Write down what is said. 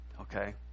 okay